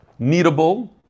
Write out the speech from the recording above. needable